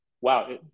wow